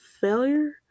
failure